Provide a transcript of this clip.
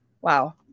Wow